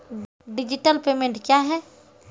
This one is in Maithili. डिजिटल पेमेंट क्या हैं?